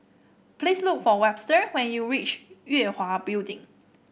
please look for Webster when you reach Yue Hwa Building